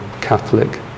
Catholic